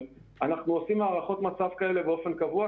אנחנו עושים הערכות מצב כאלה באופן קבוע.